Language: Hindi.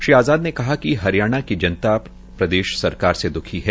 श्री आज़ाद ने कहा कि हरियाणा की जनता प्रदेश सरकार से दुखी है